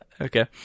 Okay